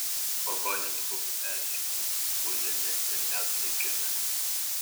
pagonys buvo persekiojami ujami ir net naikinami